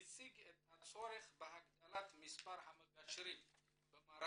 הציג את הצורך בהגדלת מספר המגשרים במערכת